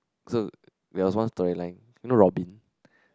so we also want storyline you know Robin